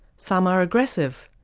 some are aggressive,